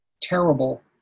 terrible